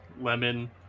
Lemon